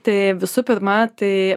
tai visų pirma tai